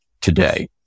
today